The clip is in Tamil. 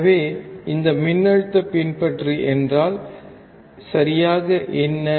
எனவே இந்த மின்னழுத்த பின்பற்றி என்றால் சரியாக என்ன